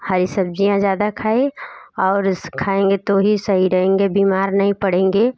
हरी सब्ज़ियाँ ज़्यादा खाएं और इसे खाएंगे तो ही सही रहेंगे बीमार नही पड़ेंगे